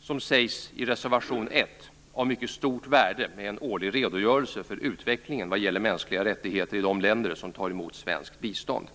som sägs i reservation 1, av mycket stort värde med en årlig redogörelse för utvecklingen vad gäller mänskliga rättigheter i de länder som tar emot svenskt bistånd.